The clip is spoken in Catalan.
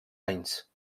anys